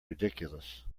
ridiculous